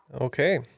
Okay